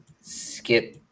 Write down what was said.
skip